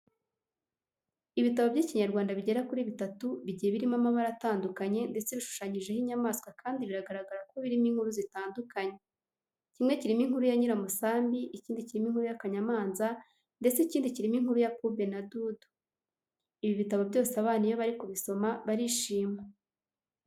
Ibitabo by'Ikinyarwanda bigera kuri bitatu bigiye birimo amabara atandukanye ndetse bishushanyijeho inyamaswa kandi biragaragara ko birimo inkuru zitandukanye. Kimwe kirimo inkuru ya Nyiramusambi, ikindi kirimo inkuru y'akanyamanza ndetse ikindi kirimo inkuru ya Pube na Dudu. Ibi bitabo byose abana iyo bari kubisoma barishima.